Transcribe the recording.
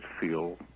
feel